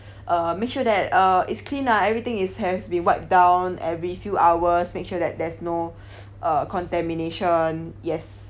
uh make sure that uh is clean ah everything is have been wiped down every few hours make sure that there's no uh contamination yes